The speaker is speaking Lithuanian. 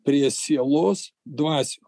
prie sielos dvasios